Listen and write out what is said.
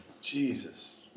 Jesus